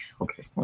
Okay